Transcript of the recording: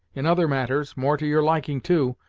in other matters, more to your liking, too,